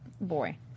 boy